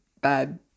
bad